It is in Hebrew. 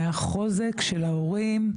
מהחוזק של ההורים.